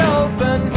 open